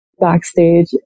backstage